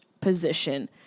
position